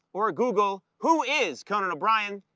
or google who is conan o'brien,